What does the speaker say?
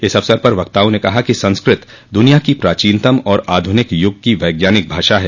इस अवसर पर वक्ताओं ने कहा कि संस्कृत दुनिया की प्राचीनतम और आधुनिक युग की वैज्ञानिक भाषा है